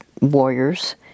warriors